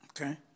okay